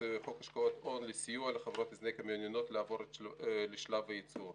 חוק השקעות הון לסיוע לחברות ההזנק המעוניינות לעבור לשלב הייצור.